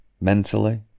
mentally